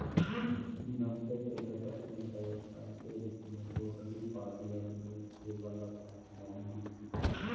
नब्बे के दशक में व्यवसाय के रूप में रोटरी पार्लर दूध दे वला पाइप लाइन विकसित होलय